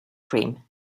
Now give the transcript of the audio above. cream